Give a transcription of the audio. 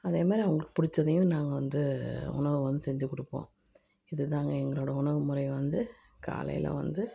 அதே மாதிரி அவங்களுக்கு பிடிச்சதையும் நாங்கள் வந்து உணவை வந்து செஞ்சு கொடுப்போம் இதுதாங்க எங்களோடய உணவு முறை வந்து காலையில் வந்து